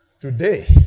Today